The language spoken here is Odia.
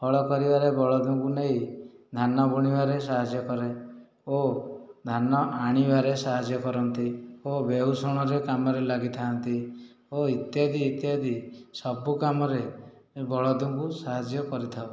ହଳ କରିବାରେ ବଳଦଙ୍କୁ ନେଇ ଧାନ ବୁଣିବାରେ ସାହାଯ୍ୟ କରେ ଓ ଧାନ ଆଣିବାରେ ସାହାଯ୍ୟ କରନ୍ତି ଓ ବେଉଷଣ ଯେଉଁ କାମରେ ଲାଗିଥାନ୍ତି ଓ ଇତ୍ୟାଦି ଇତ୍ୟାଦି ସବୁ କାମରେ ବଳଦକୁ ସାହାଯ୍ୟ କରିଥାଉ